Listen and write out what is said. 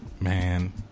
Man